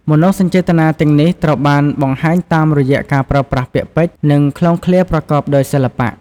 មនោសញ្ចេតនាទាំងនេះត្រូវបានបង្ហាញតាមរយៈការប្រើប្រាស់ពាក្យពេចន៍ និងឃ្លាឃ្លោងប្រកបដោយសិល្បៈ។